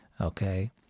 Okay